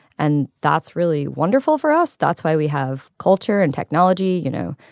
and that's really wonderful for us. that's why we have culture and technology. you know,